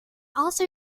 also